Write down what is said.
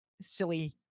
silly